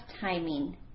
timing